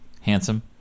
Handsome